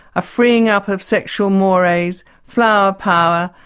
a freeing up of sexual mores, flower power,